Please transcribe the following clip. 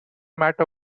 matter